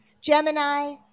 Gemini